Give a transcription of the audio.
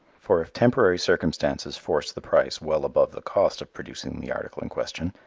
for if temporary circumstances force the price well above the cost of producing the article in question,